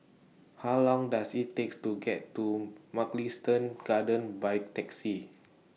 How Long Does IT Take to get to Mugliston Gardens By Taxi